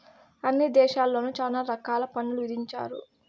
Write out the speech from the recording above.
అన్ని దేశాల్లోను చాలా రకాల పన్నులు విధించారు